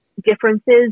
differences